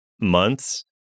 months